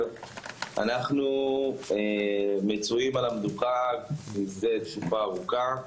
אנחנו מצויים על המדוכה זה תקופה ארוכה,